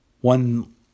One